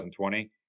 2020